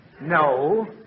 No